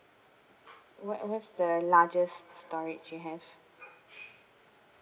what what's the largest storage you have